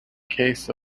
case